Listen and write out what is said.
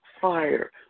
fire